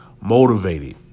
motivated